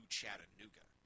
Chattanooga